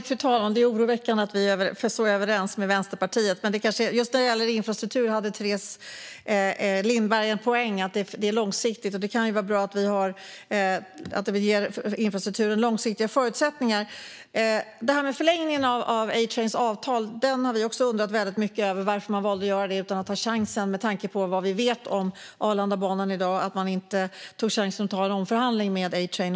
Fru talman! Det är oroväckande att vi är så överens med Vänsterpartiet. Men just när det gäller infrastruktur hade Teres Lindberg en poäng i att det är långsiktigt, och det kan ju vara bra att ge infrastrukturen långsiktiga förutsättningar. Med tanke på vad vi vet om Arlandabanan i dag har även vi undrat väldigt mycket över varför man valde att förlänga A-Trains avtal utan att ta chansen till en omförhandling.